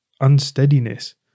unsteadiness